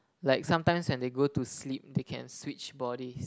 like sometimes when they go to sleep they can switch bodies